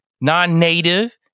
non-native